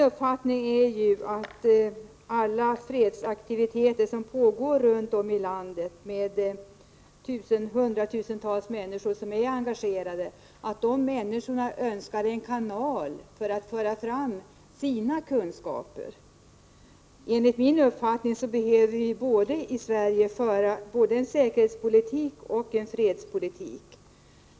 Såvitt jag förstår önskar de hundratusentals människor som är engagerade i fredsaktiviteter runt om i landet en kanal för att föra fram sina synpunkter. Enligt min uppfattning behöver vi i Sverige föra både en säkerhetspolitik och en fredspolitik.